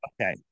Okay